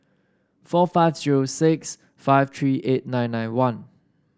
four five zero six five three eight nine nine one